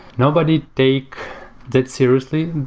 nobody take that seriously.